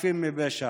חפים מפשע.